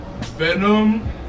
Venom